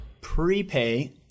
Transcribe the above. prepay